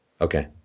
Okay